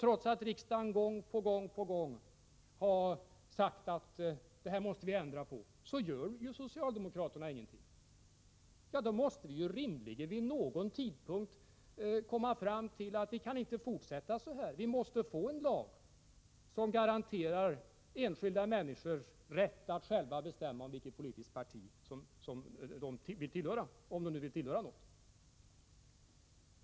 Trots att riksdagen gång efter annan uttalat att det här måste ändras så gör socialdemokraterna ingenting. Då måste vi rimligen vid någon tidpunkt komma fram till att vi inte kan fortsätta så här. Vi måste få en lag som garanterar enskilda människor rätten att själva bestämma vilket politiskt parti de vill tillhöra — om de nu vill tillhöra något parti över huvud taget.